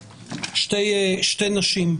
זו הזדמנות לחזק את ידי אותם מנהיגים ומנהיגות,